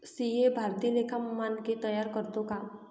CA भारतीय लेखा मानके तयार करतो का